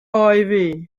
hiv